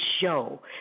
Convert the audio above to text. show